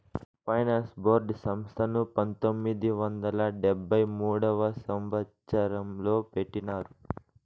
finance board సంస్థను పంతొమ్మిది వందల డెబ్భై మూడవ సంవచ్చరంలో పెట్టినారు